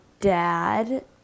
dad